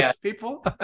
people